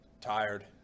tired